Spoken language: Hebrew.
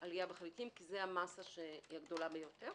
עלייה בחלקיקים, כי זו המסה הגדולה ביותר.